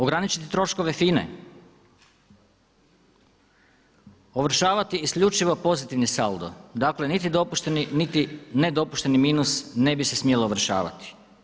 Ograničiti troškove FINA-e, ovršavati isključivo pozitivni saldo, dakle niti dopušteni niti nedopušteni minus ne bi se smjelo ovršavati.